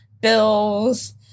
bills